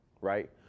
right